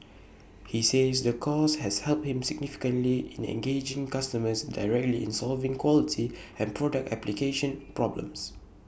he says the course has helped him significantly in engaging customers directly in solving quality and product application problems